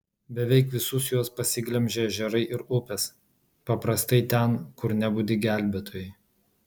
beveik visus juos pasiglemžė ežerai ir upės paprastai ten kur nebudi gelbėtojai